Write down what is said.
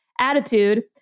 attitude